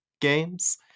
games